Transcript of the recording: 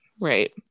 right